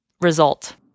result